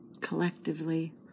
Collectively